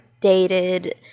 dated